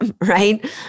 right